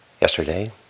yesterday